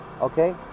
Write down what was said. okay